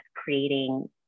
creating